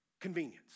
convenience